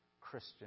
Christian